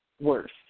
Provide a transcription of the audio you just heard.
worse